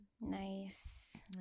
Nice